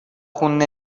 خون